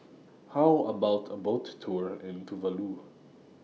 How about A Boat Tour in Tuvalu